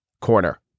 corner